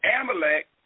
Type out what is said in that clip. Amalek